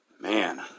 man